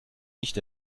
nicht